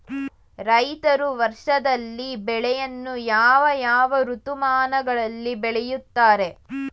ರೈತರು ವರ್ಷದಲ್ಲಿ ಬೆಳೆಯನ್ನು ಯಾವ ಯಾವ ಋತುಮಾನಗಳಲ್ಲಿ ಬೆಳೆಯುತ್ತಾರೆ?